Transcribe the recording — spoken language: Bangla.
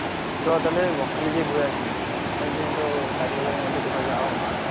চ তাহলে বকখালি থেকে ঘুরে আসি অনেক দিন তো কাজবাজের মধ্যে কোথাও যাওয়া হচ্ছে না